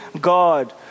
God